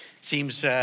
Seems